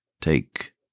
take